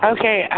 Okay